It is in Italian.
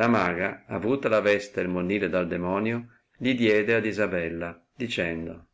la maga avuta la veste e il monille dal demonio li diede ad isabella dicendo